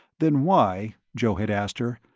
then why, joe had asked her,